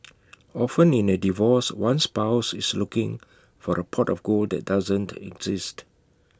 often in A divorce one spouse is looking for A pot of gold that doesn't exist